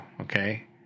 Okay